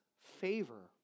favor